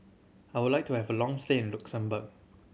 I would like to have a long stay in Luxembourg